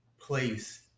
place